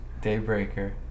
Daybreaker